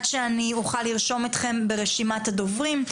שאני אוכל לרשום אותכם ברשימת הדוברים,